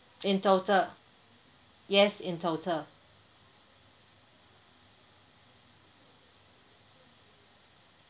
in total yes in total